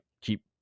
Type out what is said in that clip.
keep